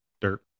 dirt